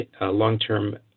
long-term